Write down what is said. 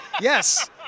Yes